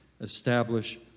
establish